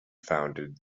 founded